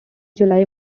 july